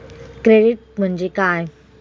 Credit म्हणजे काय?